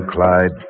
Clyde